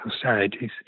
societies